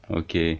okay